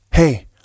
hey